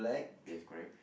yes correct